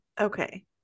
Okay